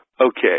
Okay